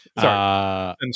Sorry